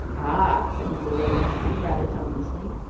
ah said mrs. abrahams, rather tonelessly.